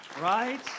Right